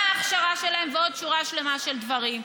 מה ההכשרה שלהם ועוד שורה שלמה של דברים.